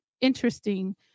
interesting